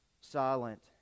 silent